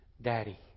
Daddy